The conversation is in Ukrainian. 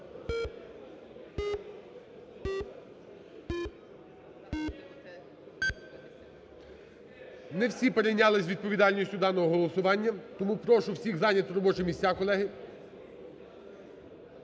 Не всі перейнялись відповідальністю даного голосування, тому прошу всіх зайняти робочі місця, колеги.